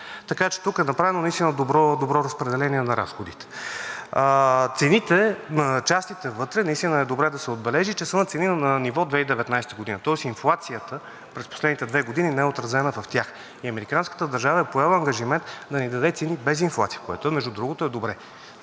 Така че тук е направено наистина добро разпределение на разходите. Цените на частите вътре, наистина е добре да се отбележи, че са на цени на ниво 2019 г., тоест инфлацията през последните две години не е отразена в тях. И американската държава е поела ангажимент да ни даде цени без инфлация, което между другото е добре,